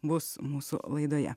bus mūsų laidoje